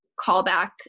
callback